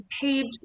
paved